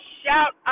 shout